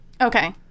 Okay